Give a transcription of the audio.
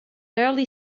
early